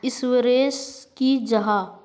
Insurance की जाहा?